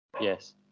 Yes